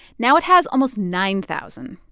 now it has almost nine thousand.